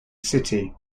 city